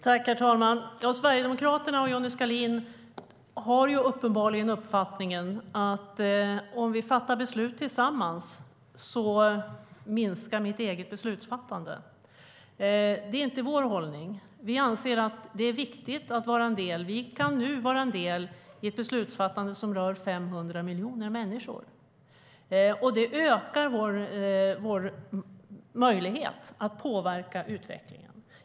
Herr talman! Sverigedemokraterna och Johnny Skalin har uppenbarligen uppfattningen att om man fattar beslut tillsammans minskar ens eget beslutsfattande. Det är inte vår hållning. Vi anser att det är viktigt att vara en del. Sverige kan nu vara en del i ett beslutsfattande som rör 500 miljoner människor. Det ökar vår möjlighet att påverka utvecklingen.